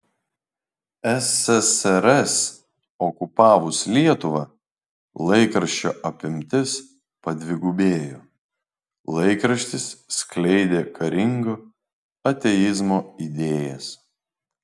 ssrs okupavus lietuvą laikraščio apimtis padvigubėjo laikraštis skleidė karingo ateizmo idėjas